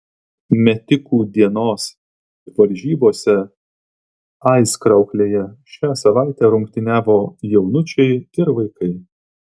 metikų dienos varžybose aizkrauklėje šią savaitę rungtyniavo jaunučiai ir vaikai